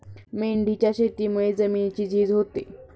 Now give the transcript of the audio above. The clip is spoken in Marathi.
मेंढीच्या शेतीमुळे जमिनीची झीज होते